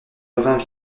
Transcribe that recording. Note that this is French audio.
revint